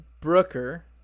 brooker